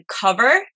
cover